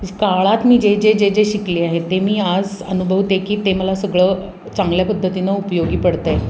काळात मी जे जे जे जे शिकले आहे ते मी आज अनुभवते की ते मला सगळं चांगल्या पद्धतीनं उपयोगी पडतं आहे